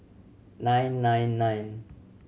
nine nine nine